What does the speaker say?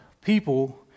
people